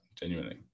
genuinely